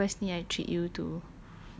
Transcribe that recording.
ni ah nanti lepas ni I treat you to